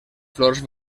flors